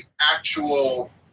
actual